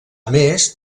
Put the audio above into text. més